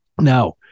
now